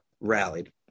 rallied